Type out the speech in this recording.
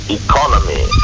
economy